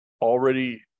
already